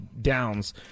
downs